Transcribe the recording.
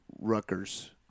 Rutgers